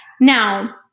Now